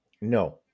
No